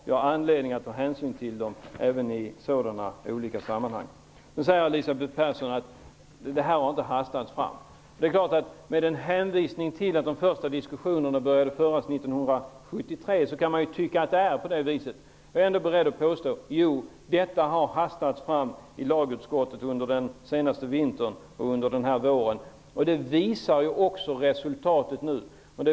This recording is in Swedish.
Vi har anledning att ta hänsyn till Lagrådet i alla olika sammanhang. Elisabeth Persson sade att lagförslaget inte har hastats fram. Med en hänvisning till att de första diskussionerna började föras redan 1973 kan man tycka att hon har rätt, men jag vill ändå påstå att förslaget har hastats fram i lagutskottet under den senaste vintern och våren. Det visar också resultatet.